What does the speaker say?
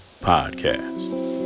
Podcast